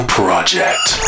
project